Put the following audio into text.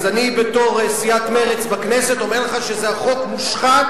אז אני בתור סיעת מרצ בכנסת אומר לך שזה חוק מושחת,